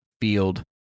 field